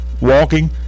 walking